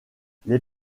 les